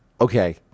okay